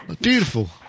Beautiful